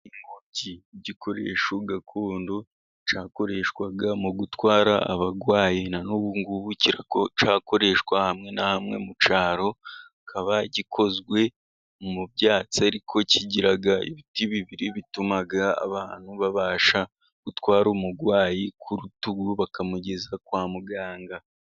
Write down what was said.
Ingobyi, igikoresho gakondo cyakoreshwaga mu gutwara abarwayi ,na n'ubu ngubu kiracyakoreshwa hamwe na hamwe mu cyaro, kikaba gikozwe mu byatsi ,ariko kigira ibiti bibiri bituma abantu babasha gutwara umurwayi ku rutugu ,bakamugeza kwa muganga.